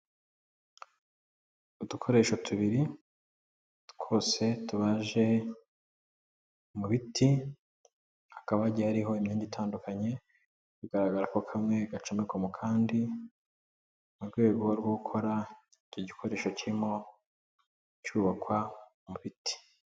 Udukoresho tubiri twose tubaje mu biti, hakaba hagiye hariho imyenge itandukanye, bigaragara ko kamwe gacomekwa mu kandi, mu rwego rwo gukora icyo gikoresho kirimo cyubakwa mu biti.